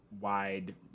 wide